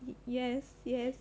yes yes